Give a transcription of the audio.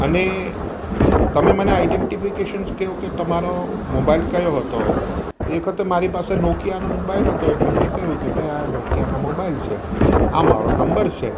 અને તમે મને આઈડેન્ટિફિકેશન્સ કહો કે તમારો મોબાઈલ કયો હતો તો એ વખત તો મારી પાસે નોકિયાનો મોબાઈલ હતો એટલે મેં કહ્યું કે ભાઈ આ નોકિયાનો મોબાઈલ છે આ મારો નંબર છે